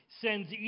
Sends